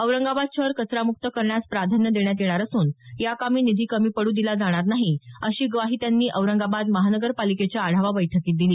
औरंगाबाद शहर कचरामुक्त करण्यास प्राधान्य देण्यात येणार असून याकामी निधी कमी पडू देणार नाही अशी ग्वाही त्यांनी औरंगाबाद महानगरपालिकेच्या आढावा बैठकीत दिली